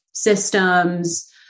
systems